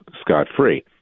scot-free